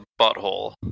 butthole